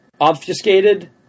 obfuscated